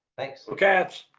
thanks. go cats!